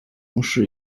王室